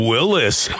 Willis